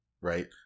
right